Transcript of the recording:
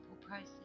process